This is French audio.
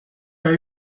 pas